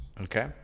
Okay